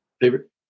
Favorite